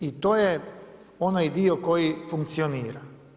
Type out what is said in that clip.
I to je onaj dio koji funkcionira.